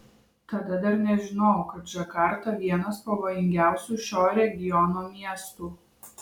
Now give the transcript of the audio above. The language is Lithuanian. tada dar nežinojau kad džakarta vienas pavojingiausių šio regiono miestų